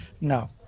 No